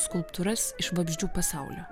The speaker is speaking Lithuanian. skulptūras iš vabzdžių pasaulio